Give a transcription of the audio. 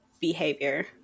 behavior